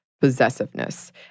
possessiveness